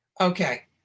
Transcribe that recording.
okay